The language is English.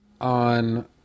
on